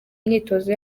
myitozo